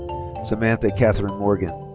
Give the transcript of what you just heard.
samantha katherine morgan.